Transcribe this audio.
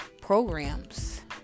programs